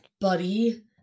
buddy